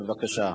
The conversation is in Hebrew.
בבקשה.